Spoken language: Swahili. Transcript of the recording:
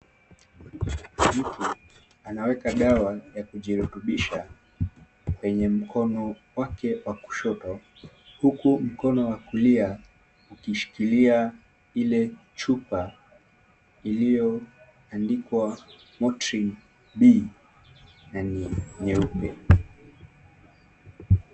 Mtu anaweka dawa ya kujirutubisha kwenye mkono wake wa kushoto, huku mkono wa kulia ukishikilia ile chupa iliyoandikwa Motrin B na ni nyeupe.